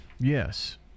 Yes